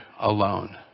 alone